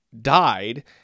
died